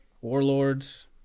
Warlords